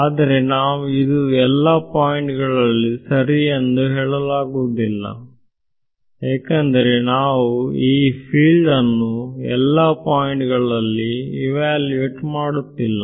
ಆದರೆ ನಾವು ಇದು ಎಲ್ಲಾ ಪಾಯಿಂಟ್ ಗಳಲ್ಲಿ ಸರಿ ಎಂದು ಹೇಳಲಾಗುವುದಿಲ್ಲ ಏಕೆಂದರೆ ನಾವು ಈ ಫೀಲ್ಡ್ ಅನ್ನು ಎಲ್ಲಾ ಪಾಯಿಂಟ್ ಗಳಲ್ಲಿ ಇವ್ಯಾಲುವೇಟ್ಮಾಡುತ್ತಿಲ್ಲ